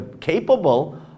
capable